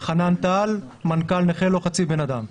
אני חנן טל, מנכ"ל נכה לא חצי בן אדם.